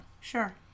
Sure